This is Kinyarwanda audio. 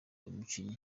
umukinnyi